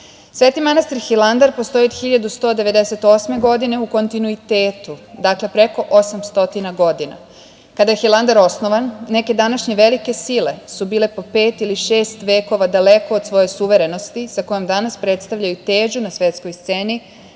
Sava. Sveti manastir Hilandar postoji od 1198. godine u kontinuitetu. Dakle, preko 800 godina. Kada je Hilandar osnovan, neke današnje velike sile su bile po pet ili šest vekova daleko od svoje suverenosti sa kojom danas predstavljaju težu na svetskoj sceni